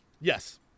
Yes